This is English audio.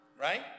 right